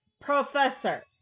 professor